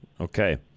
Okay